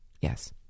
Yes